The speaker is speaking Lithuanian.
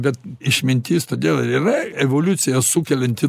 bet išmintis todėl ir yra evoliucija sukelianti